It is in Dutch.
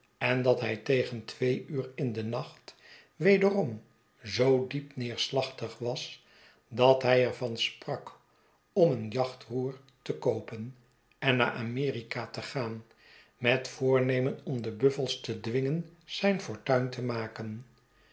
en dat hij tegen twee uur in den nacht wederom zoo diep neerslachtig was dat hij er van sprak om een jachtroer te koopen en naar amerika te gaan met voornemen om de buffels te dwingen zijn fortuin te maken